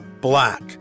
black